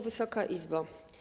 Wysoka Izbo!